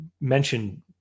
mentioned